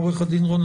עו"ד שרון,